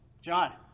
John